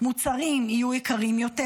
מוצרים יהיו יקרים יותר,